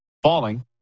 Falling